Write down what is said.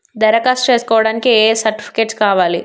దరఖాస్తు చేస్కోవడానికి ఏ సర్టిఫికేట్స్ కావాలి?